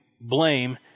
blame